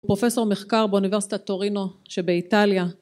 פרופסור מחקר באוניברסיטת טורינו שבאיטליה